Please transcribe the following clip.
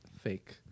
fake